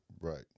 Right